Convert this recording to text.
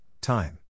time